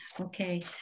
Okay